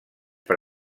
per